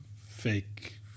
fake